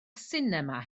sinema